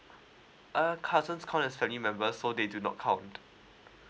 err cousins count as family members so they do not count